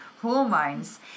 hormones